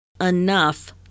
Enough